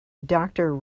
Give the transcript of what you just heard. doctor